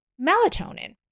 melatonin